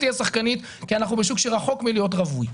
תהיה שחקנית כי אנחנו בשוק שרחוק מלהיות רווי.